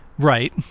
right